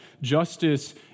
justice